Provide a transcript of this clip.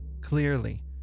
Clearly